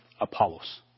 Apollos